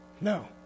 No